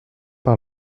par